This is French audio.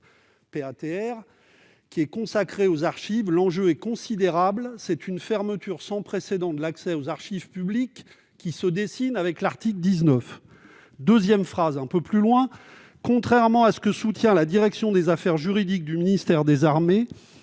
qui est consacré aux archives. L'enjeu est considérable. C'est une fermeture sans précédent de l'accès aux archives publiques qui se dessine avec l'article 19. » Deuxièmement, « contrairement à ce que soutient la direction des affaires juridiques du ministère des armées,